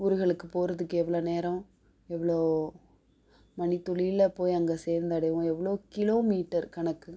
ஊருகளுக்கு போகிறதுக்கு எவ்வளோ நேரம் எவ்வளோ மணித்துளியில் போய் அங்கே சேர்ந்தடைவோம் எவ்வளோ கிலோ மீட்டர் கணக்கு